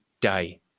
day